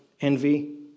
envy